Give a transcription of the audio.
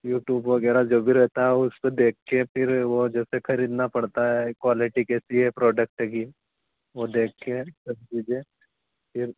YouTube वगैरह जो भी रहता है उसपे देख कर फिर वह जैसे खरीदना पड़ता है क्वालटी कैसी है प्रोडक्ट की वह देख कर तब लीजिए फिर